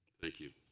thank you.